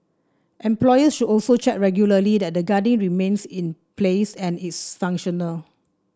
employers should also check regularly that the guarding remains in place and is functional